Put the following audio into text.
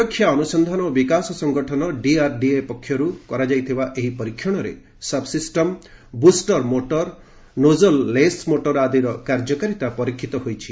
ପ୍ରତିରକ୍ଷା ଅନୁସନ୍ଧାନ ଓ ବିକାଶ ସଂଗଠନ ଡିଆରଡିଏ ପକ୍ଷର୍ କରାଯାଇଥିବା ଏହି ପରୀକ୍ଷଣରେ subsystem booster motor nozzle less motor ଆଦିର କାର୍ଯ୍ୟକାରିତା ପରୀକ୍ଷିତ ହୋଇଛି